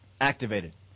Activated